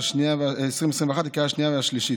2021, לקריאה השנייה והשלישית.